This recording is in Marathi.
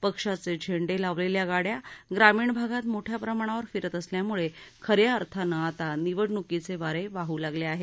पक्षाचे झेंडे लावलेल्या गाड्या ग्रामीण भागात मोठ्या प्रमाणावर फिरत असल्यामुळे खऱ्या अर्थानं आता निवडणुकीचे वारे वाहू लागले आहेत